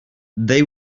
they